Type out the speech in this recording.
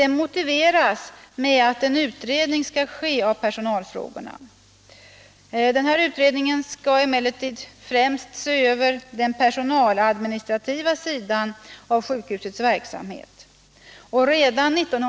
Detta motiveras med att en utredning skall ske av personalfrågorna. Denna utredning skall emellertid främst se över den personaladministrativa sidan av sjukhusets verksamhet.